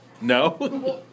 No